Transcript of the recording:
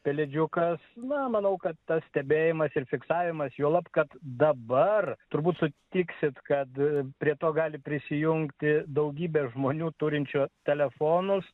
pelėdžiukas na manau kad tas stebėjimas ir fiksavimas juolab kad dabar turbūt sutiksit kad prie to gali prisijungti daugybė žmonių turinčių telefonus